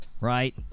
Right